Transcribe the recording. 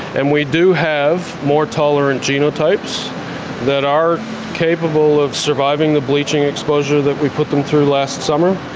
and we do have more tolerant genotypes that are capable of surviving the bleaching exposure that we put them through last summer,